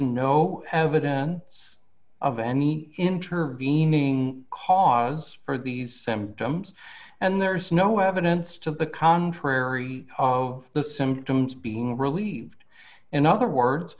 no evidence of any intervening cause for these symptoms and there's no evidence to the contrary of the symptoms being relieved in other words